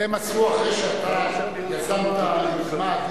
זה הם עשו אחרי שאתה יזמת יוזמה אדירה,